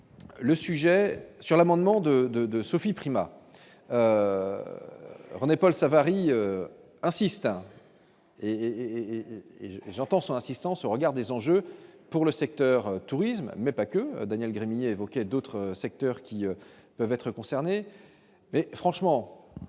le sujet sur l'amendement de, de, de Sophie Primas. René-Paul Savary et et. J'entends son assistance au regard des enjeux pour le secteur tourisme mais pas que Daniel Gremillet évoqué d'autres secteurs qui peuvent être concernés, mais franchement